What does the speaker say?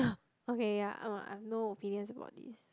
okay ya uh I have no opinions about this